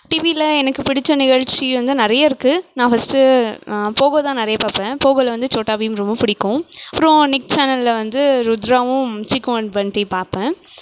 டிவியில் எனக்கு பிடித்த நிகழ்ச்சி வந்து நிறைய இருக்கு நான் ஃபர்ஸ்ட்டு நான் போகோதான் நிறையா பார்ப்பேன் போகோவில் வந்து சோட்டா பீம் ரொம்ப பிடிக்கும் அப்றம் நிக் சேனலில் வந்து ருத்ராவும் சிக் ஒன் டுவென்ட்டி பார்ப்பேன்